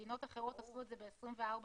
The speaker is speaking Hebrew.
מדינות אחרות עשו את זה ב-24 שעות.